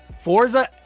Forza